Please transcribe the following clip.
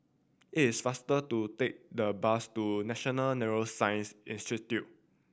it is faster to take the bus to National Neuroscience Institute